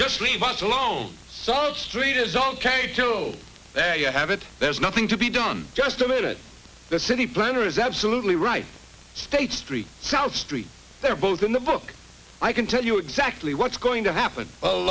just leave us alone so our street is ok too there you have it there's nothing to be done just a minute the city planner is absolutely right state street south street they're both in the book i can tell you exactly what's going to happen